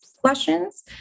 questions